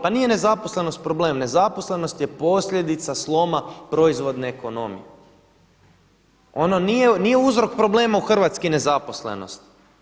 Pa nije nezaposlenost problem, nezaposlenost je posljedica sloma proizvodne ekonomije, ono nije uzrok problema u Hrvatskoj nezaposlenost.